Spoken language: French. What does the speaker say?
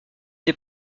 des